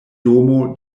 domo